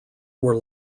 were